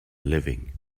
living